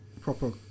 proper